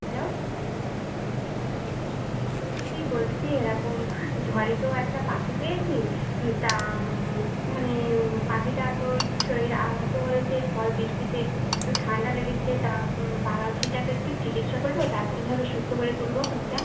hello দি বলছি এরকম ঝড়ে তো একটা পাখি পেয়েছি তা মানে পাখিটা তো একটু শরীর আহত হয়েছে ঝড় বৃষ্টিতে ঠান্ডা লেগেছে তা পাখিটা তো একটু চিকিৎসা করব তা কীভাবে সুস্থ করে তুলব পাখিটা